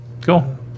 Cool